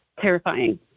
terrifying